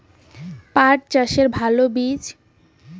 পাঠ চাষের ভালো বীজ?